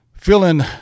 Feeling